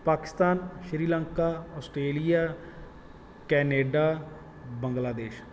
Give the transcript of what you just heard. Pakistan Sri Lanka Australia Canada Bangladesh